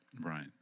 Right